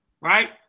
right